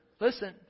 listen